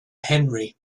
henry